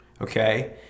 okay